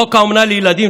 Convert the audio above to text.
חוק אומנה לילדים,